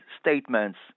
statements